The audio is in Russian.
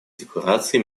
декларации